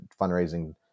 fundraising